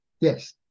Yes